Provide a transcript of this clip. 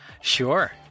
Sure